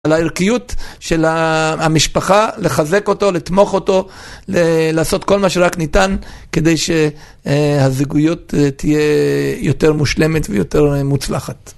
על הערכיות של המשפחה, לחזק אותו, לתמוך אותו, לעשות כל מה שרק ניתן כדי שהזוגיות תהיה יותר מושלמת ויותר מוצלחת.